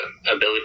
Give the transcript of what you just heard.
ability